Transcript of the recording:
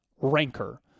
rancor